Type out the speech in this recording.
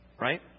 Right